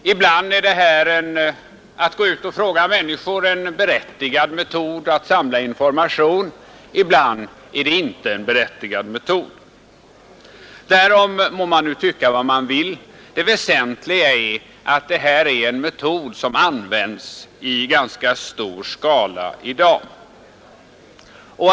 Ibland är det en berättigad metod att samla information, ibland är det inte en berättigad metod. Därom må man tycka vad man vill, det väsentliga är att metoden används i ganska stor skala i dag.